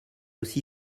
aussi